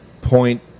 point